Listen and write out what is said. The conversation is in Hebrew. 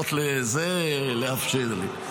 לפחות את זה לאפשר לי.